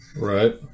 Right